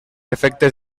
efectes